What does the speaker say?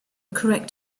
correct